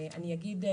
אני אגיד,